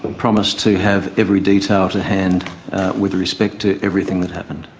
promise to have every detail to hand with respect to everything that happened.